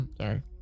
Sorry